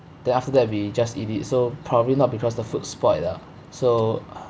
then after that we just eat it so probably not because the food spoiled lah so